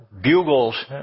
bugles